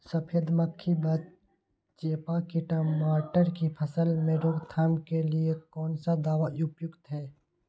सफेद मक्खी व चेपा की टमाटर की फसल में रोकथाम के लिए कौन सा दवा उपयुक्त है?